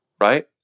right